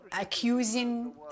accusing